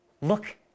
look